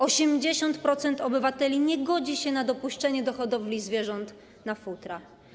80% obywateli nie godzi się na dopuszczenie do hodowli zwierząt na futra.